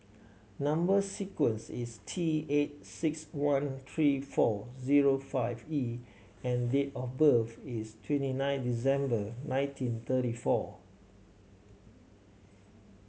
number sequence is T eight six one three four zero five E and date of birth is twenty nine December nineteen thirty four